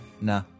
nah